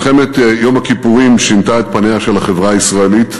מלחמת יום הכיפורים שינתה את פניה של החברה הישראלית.